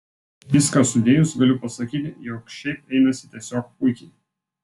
viską sudėjus galiu pasakyti jog šiaip einasi tiesiog puikiai